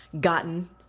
gotten